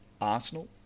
Arsenal